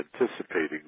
anticipating